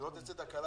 שלא תצא תקלה